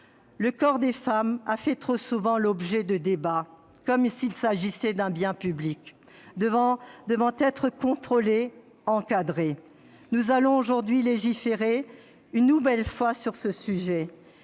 Le corps des femmes a trop souvent fait l'objet de débats, comme s'il s'agissait d'un bien public devant être contrôlé, encadré. Aujourd'hui, nous allons légiférer une nouvelle fois sur le sujet,